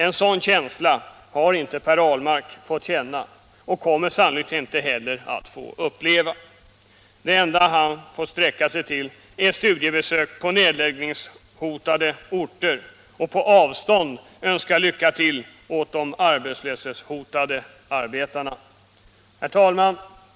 En sådan känsla har Per Ahlmark aldrig fått uppleva, och han kommer sannolikt heller aldrig att få göra det. Det enda Per Ahlmark får sträcka sig till är studiebesök på orter med nedläggningshotade företag och där på avstånd önska de arbetslöshotade arbetarna lycka till. Herr talman!